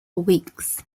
weeks